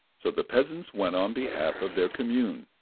so the peasants went on behalf of their commune,